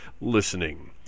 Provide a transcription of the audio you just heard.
listening